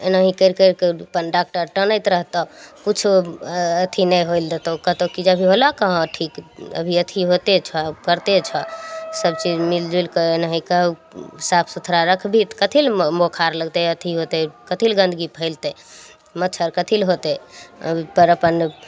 एनाही कैरि कैरके अपन डाक्टर टानैत रहतो किछु अथी होए ला नहि देतो कहतौ की जे अभी होलो कहाँ ठीक अभी एथी होते छो करते छो सब चीज मिलजुलि कऽ एनाही कऽ साफ सुथड़ा रखबीही तऽ कथी लए बोखार लगतै अथी होतै कथी लए गन्दगी फैलतै मच्छड़ कथी लए होतै अपन अपन